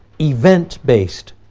event-based